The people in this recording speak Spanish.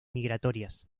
migratorias